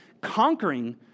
conquering